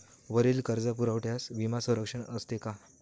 वरील कर्जपुरवठ्यास विमा संरक्षण असते का?